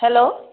hello